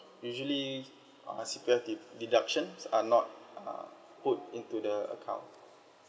usually uh C_P_F de~ deductions are not uh put into the account